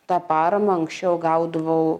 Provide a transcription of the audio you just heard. tą paramą anksčiau gaudavau